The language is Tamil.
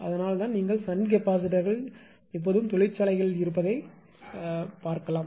அதனால்தான் நீங்கள் ஷன்ட் கெபாசிட்டார்கள் எப்போதும் தொழிற்சாலைகளில் இருப்பதைக் காணலாம்